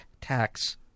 tax